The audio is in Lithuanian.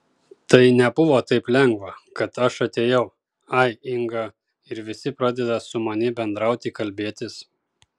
tai nebuvo taip lengva kad aš atėjau ai inga ir visi pradeda su mani bendrauti kalbėtis